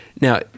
now